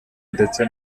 ndetse